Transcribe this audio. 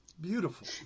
Beautiful